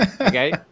okay